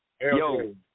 Yo